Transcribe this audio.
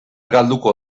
galduko